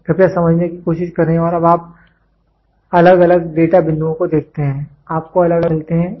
तो कृपया समझने की कोशिश करें और अब आप अलग अलग डेटा बिंदुओं को देखते हैं आपको अलग अलग माप मिलते हैं